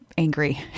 Angry